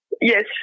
Yes